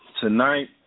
tonight